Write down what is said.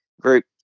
group